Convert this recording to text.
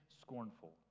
scornful